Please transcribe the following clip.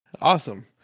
Awesome